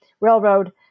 railroad